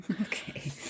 Okay